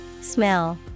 Smell